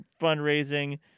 fundraising